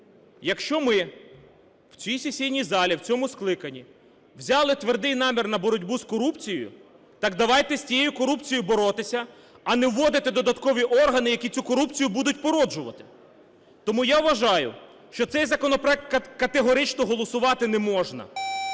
Якщо ми в цій сесійній залі в цьому скликанні взяли твердий намір на боротьбу з корупцією, так давайте з цією корупцією боротися, а не вводити додаткові органи, які цю корупцію будуть породжувати. Тому я вважаю, що цей законопроект категорично голосувати не можна.